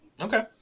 Okay